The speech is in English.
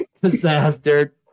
disaster